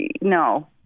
no